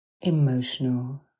Emotional